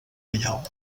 reial